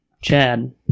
Chad